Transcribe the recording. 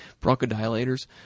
Bronchodilators